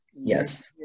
Yes